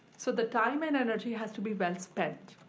so the time and energy has to be well spent.